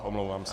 Omlouvám se.